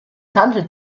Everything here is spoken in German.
handelt